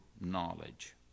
knowledge